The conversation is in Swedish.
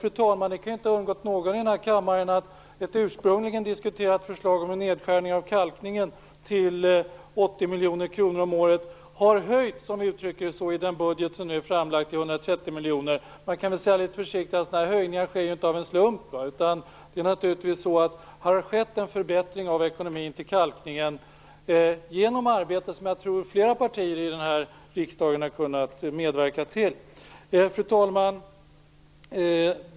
Det kan, fru talman, inte ha undgått någon i denna kammare att ett ursprungligen diskuterat förslag om en nedskärning av anslaget till kalkning till 80 miljoner om året har i denna budget höjts till 130 miljoner. Man kan litet försiktigt säga att sådana höjningar inte sker av en slump. Det är naturligtvis så att det skett en förbättring i ekonomin för kalknigen genom ett arbete som jag tror att flera partier i denna riksdag har medverkat till. Fru talman!